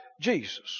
Jesus